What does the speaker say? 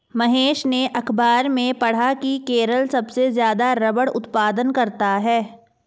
महेश ने अखबार में पढ़ा की केरल सबसे ज्यादा रबड़ उत्पादन करता है